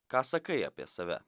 ką sakai apie save